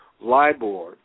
LIBOR